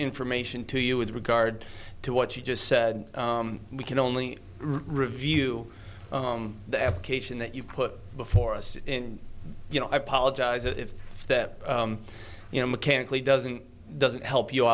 information to you with regard to what you just said we can only review the application that you put before us and you know i apologize if that you know mechanically doesn't doesn't help you